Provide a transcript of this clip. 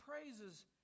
praises